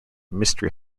mystery